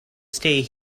stay